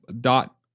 dot